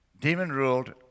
demon-ruled